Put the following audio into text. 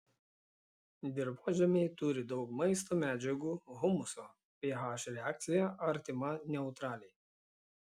dirvožemiai turi daug maisto medžiagų humuso ph reakcija artima neutraliai